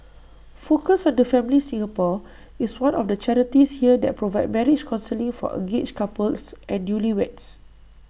focus on the family Singapore is one of the charities here that provide marriage counselling for engaged couples and newlyweds